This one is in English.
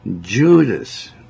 Judas